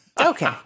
Okay